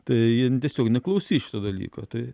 tai jie tiesiog neklausys šito dalyko tai